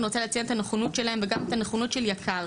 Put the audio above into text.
אני רוצה להציע את הנכונות שלהם וגם את הנכונות של יק"ר.